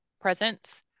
presence